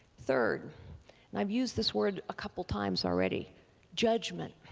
third, and i've used this word a couple times already judgment.